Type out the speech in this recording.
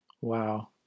Wow